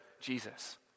Jesus